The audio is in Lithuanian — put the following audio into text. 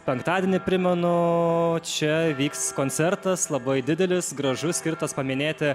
penktadienį primenu čia vyks koncertas labai didelis gražus skirtas paminėti